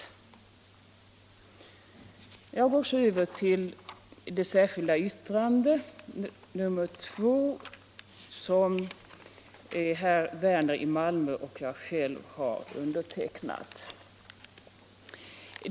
Sedan går jag över till det särskilda yttrandet nr 2, som herr Werner i Malmö och jag själv har undertecknat.